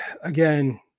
Again